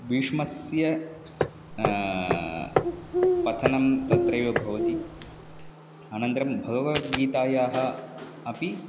भीष्मस्य पतनं तत्रैव भवति अनन्तरं भगवत्गीतायाः अपि